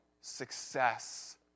success